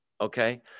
Okay